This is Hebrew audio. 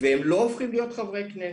והם לא הופכים להיות חברי כנסת,